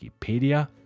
Wikipedia